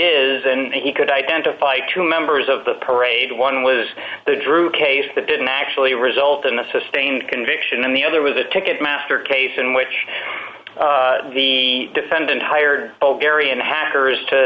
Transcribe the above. is and he could identify two members of the parade one was the drew case that didn't actually result in a sustained conviction in the other was a ticket master case in which the defendant hired ovarian hackers to